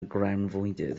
grawnfwydydd